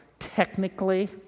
Technically